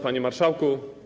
Panie Marszałku!